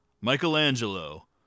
Michelangelo